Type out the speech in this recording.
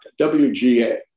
WGA